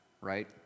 right